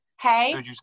Hey